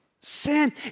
sin